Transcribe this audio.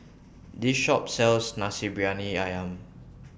This Shop sells Nasi Briyani Ayam